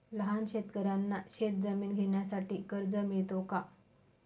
लहान शेतकऱ्यांना शेतजमीन घेण्यासाठी कर्ज मिळतो का?